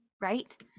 right